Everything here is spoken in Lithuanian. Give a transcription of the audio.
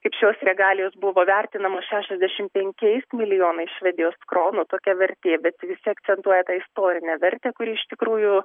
tik šios regalijos buvo vertinamos šešiasdešimt penkiais milijonais švedijos kronų tokia vertė bet visi akcentuoja tą istorinę vertę kuri iš tikrųjų